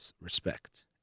respect